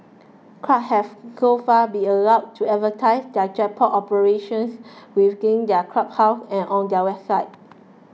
clubs have so far been allowed to advertise their jackpot operations within their clubhouses and on their websites